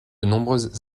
nombreuses